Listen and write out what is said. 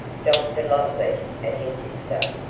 dr. lotless and his sister,